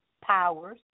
powers